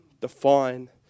define